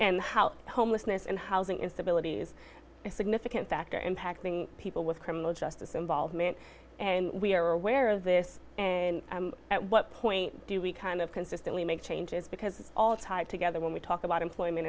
and how homelessness and housing instability is a significant factor impacting people with criminal justice involvement and we are aware of this and at what point do we kind of consistently make changes because all tied together when we talk about employment